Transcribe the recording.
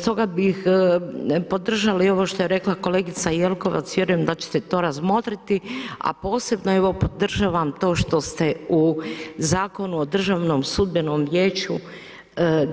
Stoga bih podržali ovo što je rekla kolegica Jelkovac, vjerujem da ćete to razmotriti, a posebno evo podržavam to što ste u Zakonu o državnom sudbenom vijeću